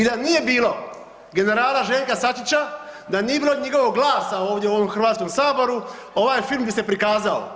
I da nije bilo generala Željka Sačića, da nije bilo njegovog glasa ovdje u ovom Hrvatskom saboru ovaj film bi se prikazao.